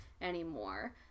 anymore